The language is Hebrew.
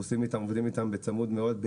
אנחנו עובדים איתם בצמוד מאוד,